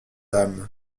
âme